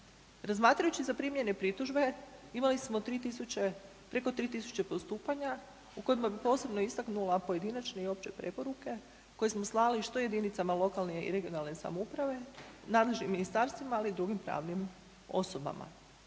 Razmatrajući zaprimljene pritužbe imali smo 3.000 preko 3.000 postupanja u kojima bih posebno istaknula pojedinačne i opće preporuke koje smo slali što jedinicama lokalne i regionalne samouprave, nadležnim ministarstvima ali i drugim pravnim osobama.